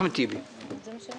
חבר הכנסת אחמד טיבי, בבקשה.